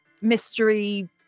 mystery